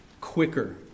quicker